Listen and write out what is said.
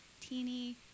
teeny